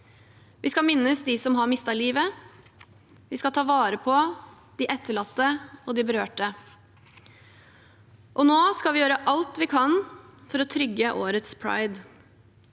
4983 dem som mistet livet. Vi skal ta vare på de etterlatte og berørte. Nå skal vi gjøre alt vi kan for å trygge årets pride.